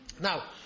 Now